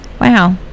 Wow